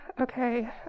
okay